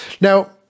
now